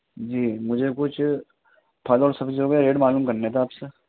جی مجھے کچھ پھل اور سبزی وغیرہ کے ریٹ معلوم کرنے تھے آپ سے